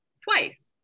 twice